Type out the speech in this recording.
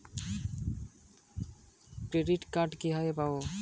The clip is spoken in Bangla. ক্রেডিট কার্ড কিভাবে পাব?